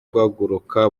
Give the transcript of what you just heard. guhaguruka